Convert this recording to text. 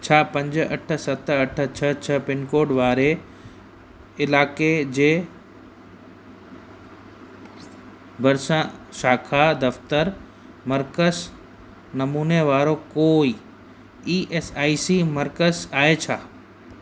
छा पंज अठ सत अठ छह छह पिनकोड वारे इलाइक़े जे भरिसां शाखा दफ़्तरु मर्कज़ नमूने वारो कोई ई एस आई सी मर्कज़ आहे छा